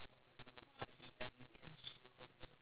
okay ya that's your indestructible weapon